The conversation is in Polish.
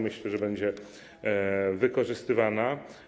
Myślę, że będzie wykorzystywana.